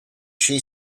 she